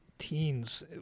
teens